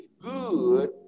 Good